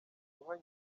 guha